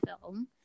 film